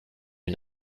une